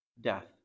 death